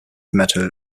metal